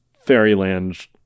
Fairyland